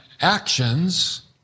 actions